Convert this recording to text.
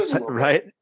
right